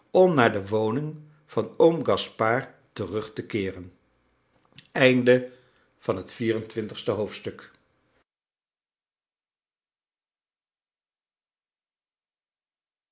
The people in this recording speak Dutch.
naar de woning van oom gaspard terug te keeren